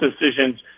decisions